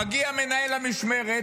מגיע מנהל המשמרת,